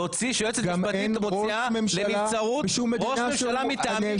להוציא שיועצת משפטית מוציאה לנבצרות ראש ממשלה מטעמים,